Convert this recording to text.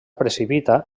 precipita